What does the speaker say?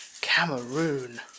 Cameroon